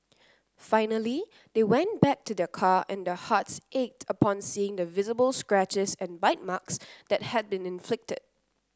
finally they went back to their car and their hearts ached upon seeing the visible scratches and bite marks that had been inflicted